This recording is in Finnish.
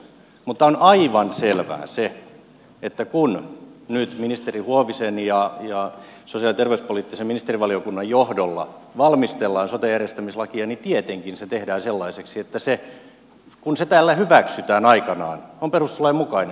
mutta on aivan selvää se että kun nyt ministeri huovisen ja sosiaali ja terveyspoliittisen ministerivaliokunnan johdolla valmistellaan sote järjestämislakia niin tietenkin se tehdään sellaiseksi että kun se täällä hyväksytään aikanaan se on perustuslain mukainen